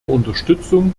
unterstützung